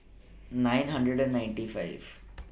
nine hundred and ninety five